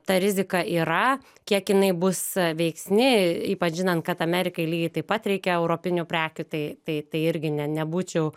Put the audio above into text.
ta rizika yra kiek jinai bus a veiksni ypač žinant kad amerikai lygiai taip pat reikia europinių prekių tai tai tai irgi ne nebūčiau